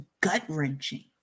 gut-wrenching